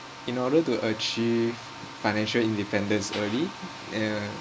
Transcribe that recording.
in order to achieve financial independence early yeah